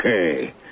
Okay